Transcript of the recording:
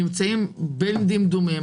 נמצאים בין דמדומים.